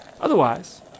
Otherwise